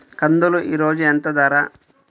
కందులు ఈరోజు ఎంత ధర?